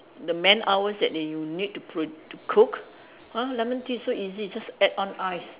the man hours that they need to prod~ to cook !huh! lemon tea is so easy just add on ice